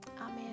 Amen